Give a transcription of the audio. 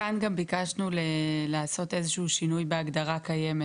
כאן גם ביקשנו לעשות איזשהו שינוי בהגדרה קיימת